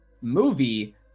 movie